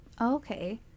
Okay